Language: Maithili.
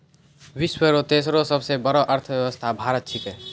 विश्व रो तेसरो सबसे बड़ो अर्थव्यवस्था भारत छिकै